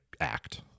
act